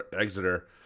exeter